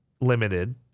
limited